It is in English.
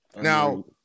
Now